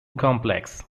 complex